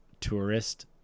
tourist